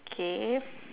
K